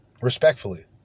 Respectfully